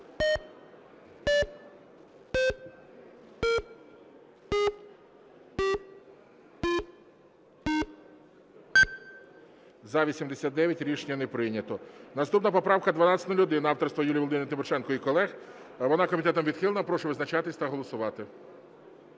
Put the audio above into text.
За-89 Рішення не прийнято. Наступна поправка 1201 авторства Юлії Володимирівни Тимошенко і колег. Вона комітетом відхилена. Прошу визначатись та голосувати.